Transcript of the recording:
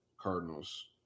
Cardinals